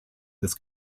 des